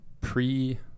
pre